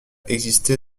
existé